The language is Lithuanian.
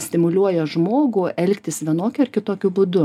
stimuliuoja žmogų elgtis vienokiu ar kitokiu būdu